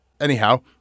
Anyhow